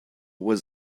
was